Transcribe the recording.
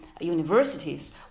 universities